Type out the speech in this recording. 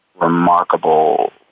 remarkable